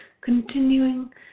continuing